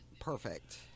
Perfect